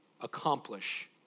accomplish